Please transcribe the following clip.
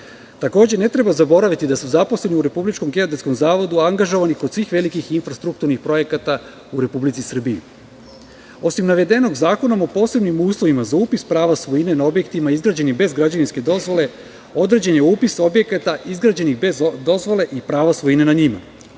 banke. Takođe, ne treba zaboraviti da su zaposleni u Republičkom geodetskom zavodu angažovani kod svih velikih infrastrukturnih projekata u Republici Srbiji. Osim navedenog, Zakonom o posebnim uslovima za upis prava svojine na objektima izgrađenih bez građevinske dozvole je određen upis objekata izgrađenih bez dozvole i prava svojine na njima.